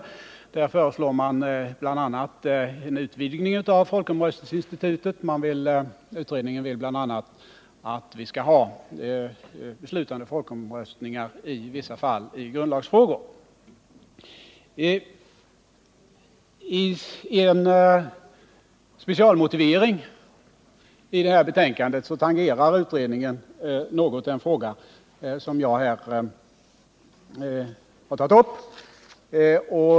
Utredningen föreslår bl.a. en utvidgning av folkomröstningsinstitutet och anser bl.a. att vi bör ha beslutande folkomröstningar i vissa fall i grundlagsfrågor. I en specialmotivering i det här betänkåndet tangerar utredningen något den fråga som jag tagit upp.